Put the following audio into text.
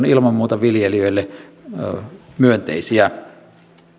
ilman muuta viljelijöille myönteisiä